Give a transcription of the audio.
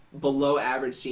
below-average